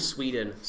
Sweden